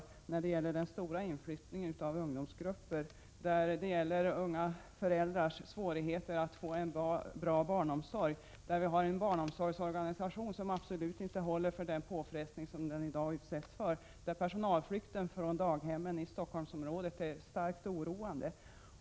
Jag tänker då på den stora inflyttningen av ungdomsgrupper, på unga föräldrars svårigheter att här få en bra barnomsorg och på att barnomsorgsorganisationen här absolut inte håller för den påfrestning som den i dag utsätts för. Personalflykten från daghemmen i Stockholmsområdet är starkt oroande.